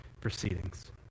proceedings